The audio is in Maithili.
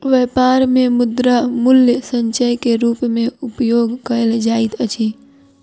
व्यापार मे मुद्रा मूल्य संचय के रूप मे उपयोग कयल जाइत अछि